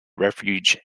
refuge